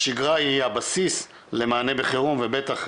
השגרה היא הבסיס למענה בחירום ובטח,